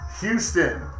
Houston